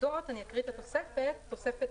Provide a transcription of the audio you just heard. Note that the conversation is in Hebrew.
אני אקריא את התוספת הראשונה ב': תוספת